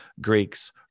Greeks